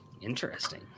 interesting